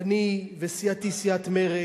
אני וסיעתי, סיעת מרצ,